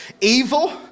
evil